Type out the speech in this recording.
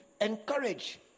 encourage